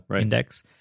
Index